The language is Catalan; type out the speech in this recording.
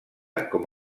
com